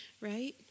right